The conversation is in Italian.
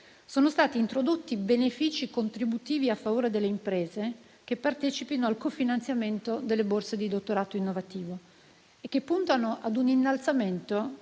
sono stati introdotti benefici contributivi a favore delle imprese che partecipano al cofinanziamento delle borse di dottorato innovativo e che puntano ad un innalzamento